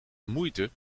moeite